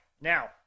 Now